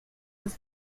was